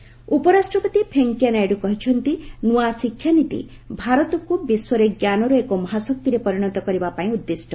VP education policy ଉପରାଷ୍ଟ୍ରପତି ଭେଙ୍କୟା ନାଇଡୁ କହିଛନ୍ତି ନୂଆ ଶିକ୍ଷାନୀତି ଭାରତକୁ ବିଶ୍ୱରେ ଜ୍ଞାନର ଏକ ମହାଶକ୍ତିରେ ପରିଣତ କରିବା ପାଇଁ ଉଦ୍ଦିଷ୍ଟ